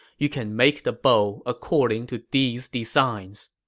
you can make the bow according to these designs.